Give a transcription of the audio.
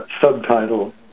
subtitle